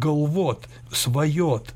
galvot svajot